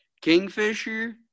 kingfisher